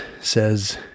says